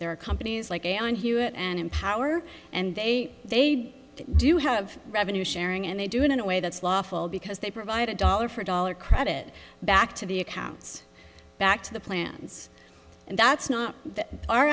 there are companies like a on hewitt and empower and they they do have revenue sharing and they do it in a way that's lawful because they provide a dollar for dollar credit back to the accounts back to the plans and that's not our